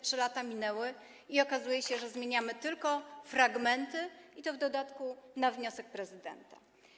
Trzy lata minęły i okazuje się, że zmieniamy tylko fragmenty, i to w dodatku na wniosek prezydenta.